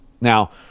Now